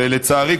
לצערי,